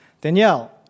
Danielle